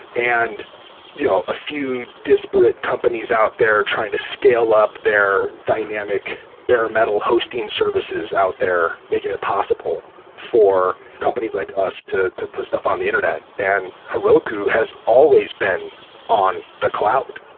and you know a few disparate companies out there trying to scale up their dynamic bare-metal hosting services out there making it possible for companies like us to to put stuff on the internet and heroku has always been on the cloud.